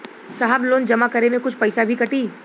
साहब लोन जमा करें में कुछ पैसा भी कटी?